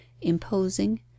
imposing